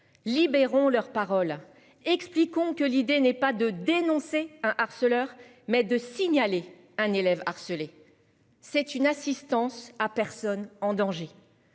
libérant leur parole expliquons que l'idée n'est pas de dénoncer un harceleur mais de signaler un élève harcelé. C'est une assistance à personne en danger.